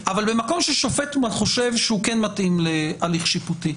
אבל במקום ששופט חושב שהוא כן מתאים להליך שיפוטי,